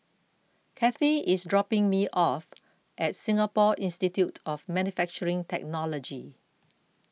Kathy is dropping me off at Singapore Institute of Manufacturing Technology